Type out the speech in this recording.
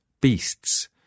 beasts